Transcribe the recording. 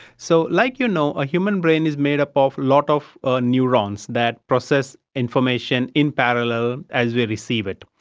so like you know, a human brain is made up of a lot of ah neurons that process information in parallel as we receive it.